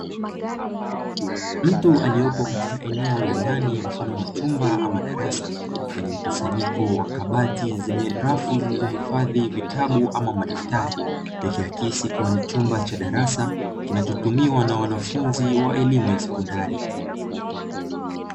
Mtu aliyepo katika eneo la ndani mfano wa chumba ama darasa, lenye mkusanyiko wa kabati zenye rafu zilizohifadhi vitabu au madaftari, ikiakisi kuwa ni chumba cha darasa kinachotumiwa na wanafunzi wa elimu ya sekondari.